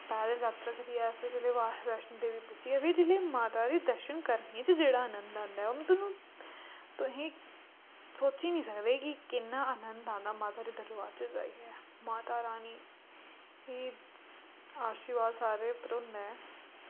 पैद्दल जात्तरा करियै फिर ओह्दे बाद वैश्णों देवी पुज्जियै फिर जिसलै माता दे दर्शन करने च जेह्ड़ा आनंद आंदा ऐ ओह् में थोआनू तुसें सोची निं सकदे कि किन्ना आनंद आंदा माता दे दरवार च जाइयै माता रानी एह् आशीर्वाद सारें पर होंदा ऐ